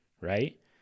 right